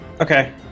okay